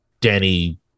Danny